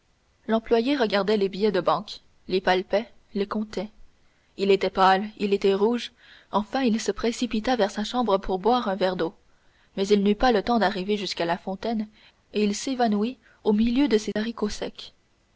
l'employé regardait les billets de banque les palpait les comptait il était pâle il était rouge enfin il se précipita vers sa chambre pour boire un verre d'eau mais il n'eut pas le temps d'arriver jusqu'à la fontaine et il s'évanouit au milieu de ses haricots secs